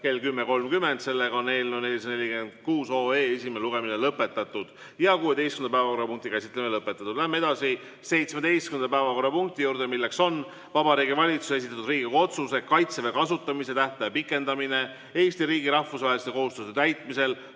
kell 10.30. Sellega on eelnõu 451 esimene lugemine lõpetatud ja 21. päevakorrapunkti käsitlemine lõpetatud. Liigume edasi 22. päevakorrapunkti juurde, milleks on Vabariigi Valitsuse esitatud Riigikogu otsuse "Kaitseväe kasutamise tähtaja pikendamine Eesti riigi rahvusvaheliste kohustuste täitmisel